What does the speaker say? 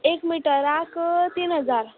एक मिटराक तीन हजार